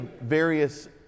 various